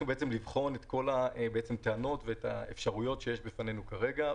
את כל הטענות והאפשרויות שיש בפנינו כרגע.